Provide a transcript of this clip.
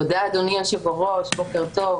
תודה, אדוני היושב-ראש, בוקר טוב.